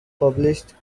published